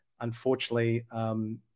unfortunately